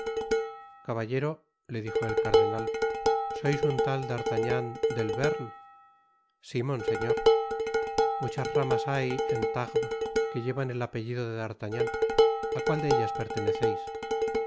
caballero le dijo el cardenal sois un tal d'artagnan del bearn si monseñor muchas ramas hay en tarbes que llevan el apellido de d'artagnan á cuál de ellas perteneceis